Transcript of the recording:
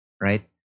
right